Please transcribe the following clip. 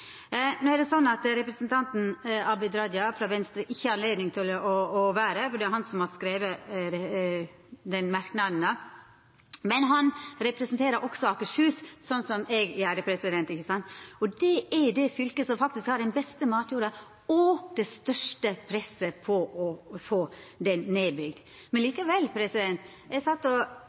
er det sånn at representanten Abid Q. Raja frå Venstre ikkje har anledning til å vera her, og det er han som har skrive denne merknaden. Men han representerer også Akershus, som eg gjer, og det er det fylket som har den beste matjorda og det største presset på å få den nedbygd. Men likevel: